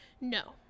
No